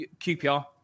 QPR